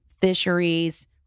fisheries